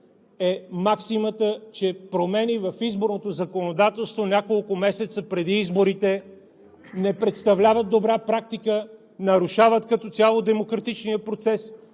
е максимата, че промени в изборното законодателство няколко месеца преди изборите не представляват добра практика, нарушават като цяло демократичния процес